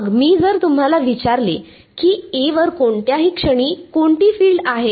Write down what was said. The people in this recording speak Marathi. मग मी जर तुम्हाला विचारले की A वर कोणत्याही क्षणी कोणती फील्ड आहेत